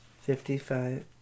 Fifty-five